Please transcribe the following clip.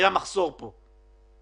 600,000 עצמאים במדינת ישראל,